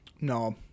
No